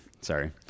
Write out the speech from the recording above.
sorry